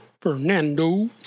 Fernando